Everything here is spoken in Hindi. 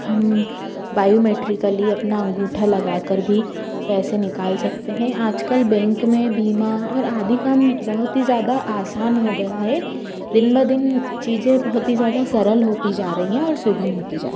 हम बायोमेट्रिकली अपना अंगूठा लगा कर भी पैसे निकाल सकते हैं आज कल बैंक में बीमा और आदि काम बहुत ही ज़्यादा आसान हो गया हे दिन ब दिन चीज़ें बहुत ही ज़्यादा सरल होती जा रही है और सुगम होती जा